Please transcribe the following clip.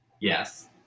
Yes